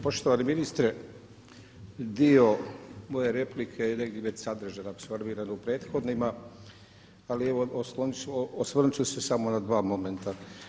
Poštovani ministre, dio moje replike je negdje već sadržajno apsorbiran u prethodnima ali evo osvrnuti ću se samo na dva momenta.